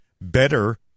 better